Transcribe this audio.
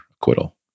acquittal